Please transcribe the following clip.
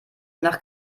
nach